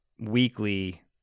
weekly